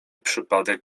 przypadek